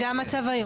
זה המצב היום.